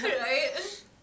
Right